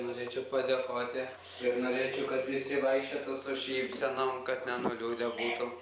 norėčiau padėkoti ir norėčiau kad visi vaikščiotų su šypsenom kad nenuliūdę būtų